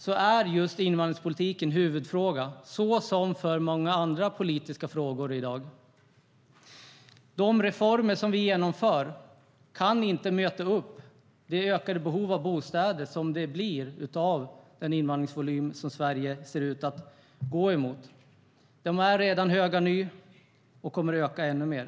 Då är invandringspolitiken huvudfrågan så som för många andra politiska frågor i dag.De reformer som vi genomför kan inte möta upp det ökade behovet av bostäder som är en följd av den invandringsvolym som Sverige ser ut att gå mot. Volymen är redan hög, och den kommer att öka ännu mer.